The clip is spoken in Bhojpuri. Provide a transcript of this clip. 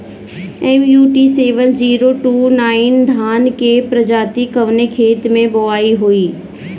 MUT seven zero two nine धान के प्रजाति कवने खेत मै बोआई होई?